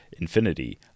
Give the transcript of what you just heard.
Infinity